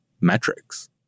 metrics